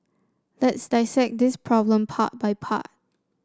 let's dissect this problem part by part